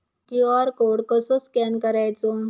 QR code कसो scan करायचो?